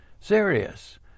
serious